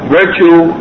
virtue